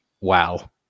Wow